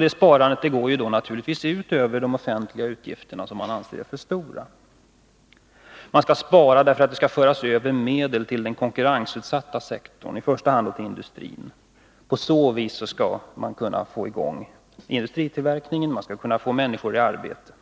Det sparandet går naturligtvis ut över de offentliga utgifterna, som man anser är för stora. Man skall spara, därför att det skall föras över medel till den konkurrensutsatta sektorn, då i första hand tillindustrin. På så vis skall man kunna få i gång industritillverkningen och få människor i arbete.